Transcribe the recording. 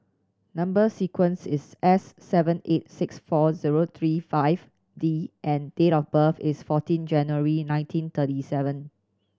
number sequence is S seven eight six four zero three five D and date of birth is fourteen January nineteen thirty seven